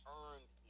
earned